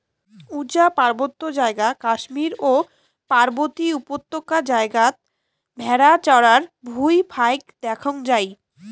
উচা পার্বত্য জাগা কাশ্মীর ও পার্বতী উপত্যকা জাগাত ভ্যাড়া চরার ভুঁই ফাইক দ্যাখ্যাং যাই